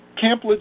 Camp